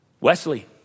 Wesley